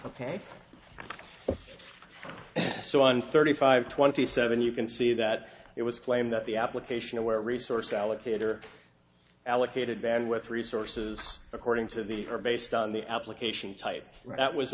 ok so on thirty five twenty seven you can see that it was claimed that the application aware resource allocated or allocated bandwidth resources according to these are based on the application type that was